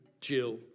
Jill